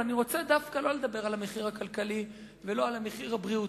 אבל אני רוצה לא לדבר דווקא על המחיר הכלכלי וגם לא על המחיר הבריאותי,